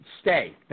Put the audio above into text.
stay